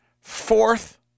fourth